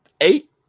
Eight